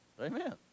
Amen